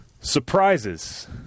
Surprises